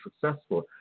successful